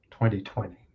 2020